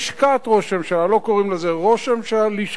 לא קוראים לזה ראש הממשלה, לשכת ראש הממשלה.